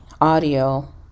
audio